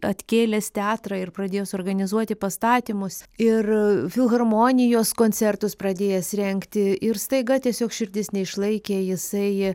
atkėlęs teatrą ir pradėjęs organizuoti pastatymus ir filharmonijos koncertus pradėjęs rengti ir staiga tiesiog širdis neišlaikė jisai